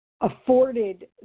afforded